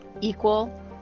equal